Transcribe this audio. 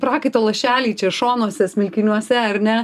prakaito lašeliai čia šonuose smilkiniuose ar ne